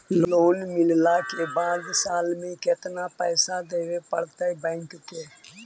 Loan मिलला के बाद साल में केतना पैसा देबे पड़तै बैक के?